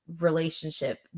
relationship